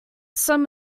some